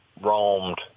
roamed